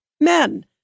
men